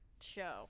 show